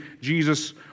Jesus